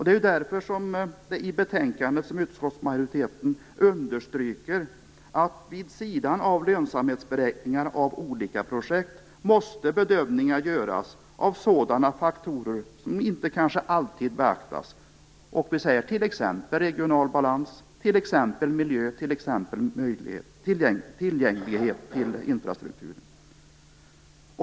Det är därför utskottsmajoriteten i betänkandet understryker att vid sidan av lönsamhetsberäkningar av olika projekt, måste bedömningar göras av sådana faktorer som kanske inte alltid beaktas, t.ex. regional balans, miljö och tillgänglighet till infrastruktur.